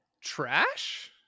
Trash